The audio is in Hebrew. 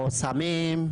או סמים,